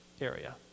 area